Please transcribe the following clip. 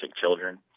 children